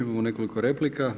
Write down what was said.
Imamo nekoliko replika.